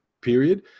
period